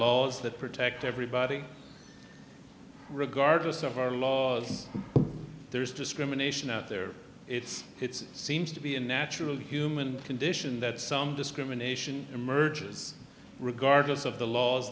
to protect everybody regardless of our laws there's discrimination out there it's it's seems to be a natural human condition that some discrimination emerges regardless of the laws